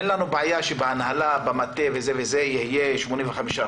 אין לנו בעיה שבהנהלה, במטה יהיה 85%,